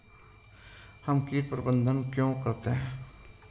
हम कीट प्रबंधन क्यों करते हैं?